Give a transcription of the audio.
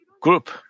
group